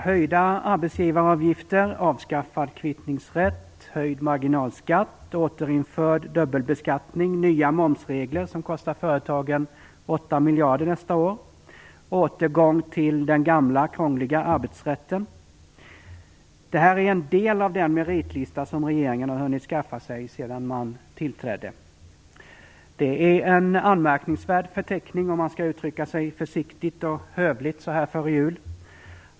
Herr talman! miljarder nästa år Detta är en del av den meritlista som regeringen har hunnit skaffa sig sedan den tillträdde. Det är en anmärkningsvärd förteckning, om man skall uttrycka sig försiktigt och hövligt så här före jul.